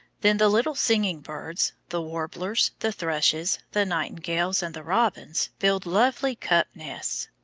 then the little singing birds, the warblers, the thrushes, the nightingales, and the robins build lovely cup-nests.